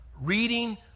reading